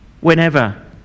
whenever